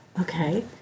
Okay